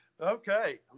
Okay